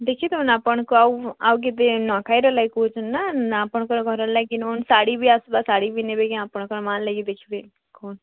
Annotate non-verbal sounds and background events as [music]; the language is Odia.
ଦେଖି ଦିଅନ୍ ଆପଣଙ୍କ ଆଉ ଆଉ କେବେ ନୂଆଖାଇର ଲାଗି କହୁଛନ୍ ନା ନା ଆପଣଙ୍କର୍ ଘର୍ର ଲାଗି ବି ନଉନ୍ ଶାଢ଼ୀ ବି ଆସ୍ବା ଶାଢ଼ି ବି ନେବେ କି ଆପଣଙ୍କ ମାଆର୍ ଲାଗି ଦେଖ୍ବେ [unintelligible]